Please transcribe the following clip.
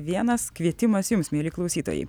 vienas kvietimas jums mieli klausytojai